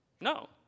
No